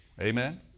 Amen